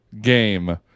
game